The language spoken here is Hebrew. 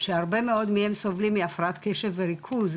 שהרבה מאוד מהם סובלים מהפרעת קשב וריכוז,